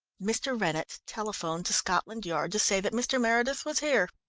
mr. rennett telephoned to scotland yard to say that mr. meredith was here.